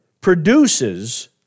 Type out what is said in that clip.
produces